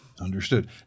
Understood